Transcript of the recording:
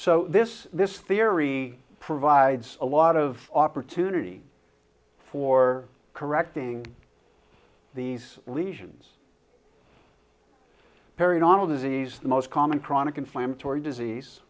so this this theory provides a lot of opportunity for correcting these lesions periodontal disease the most common chronic inflammatory disease